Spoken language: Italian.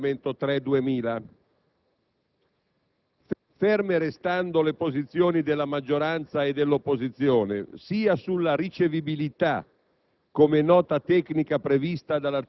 dell'approvazione in Commissione dell'emendamento 3.2000. Ferme restando le posizioni della maggioranza e dell'opposizione sia sulla ricevibilità,